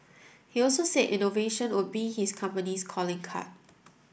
he also said innovation would be his company's calling card